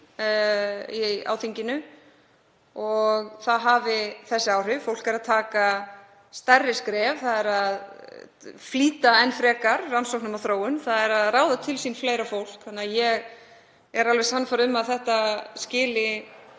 á þinginu, að það hafi þessi áhrif. Fólk er að stíga stærri skref. Það er að flýta enn frekar rannsóknum og þróun. Það er að ráða til sín fleira fólk. Ég er alveg sannfærð um að þetta skilar